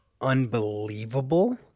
unbelievable